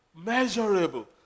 Measurable